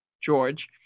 George